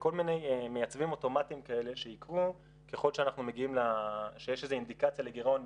וכל מיני מייצבים אוטומטיים כאלה שיקרו ככל שיש איזו אינדיקציה לגירעון,